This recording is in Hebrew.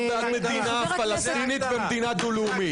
אתה בעד מדינה פלסטינית ומדינה דו-לאומית.